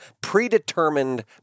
predetermined